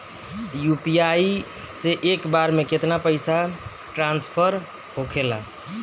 UPI से एक बार मे केतना पैसा ट्रस्फर होखे ला?